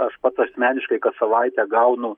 aš pats asmeniškai kas savaitę gaunu